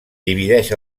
divideix